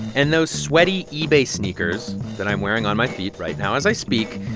and those sweaty ebay sneakers that i'm wearing on my feet right now as i speak,